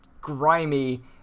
grimy